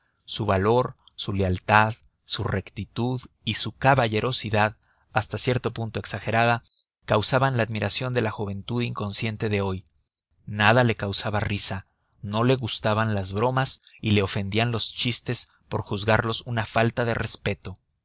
su valor su lealtad su rectitud y su caballerosidad hasta cierto punto exagerada causaban la admiración de la juventud inconsciente de hoy nada le causaba risa no le gustaban las bromas y le ofendían los chistes por juzgarlos una falta de respeto